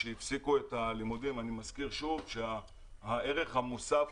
כשהפסיקו את הלימודים אני מזכיר שוב שהערך המוסף